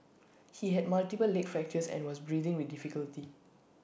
he had multiple leg fractures and was breathing with difficulty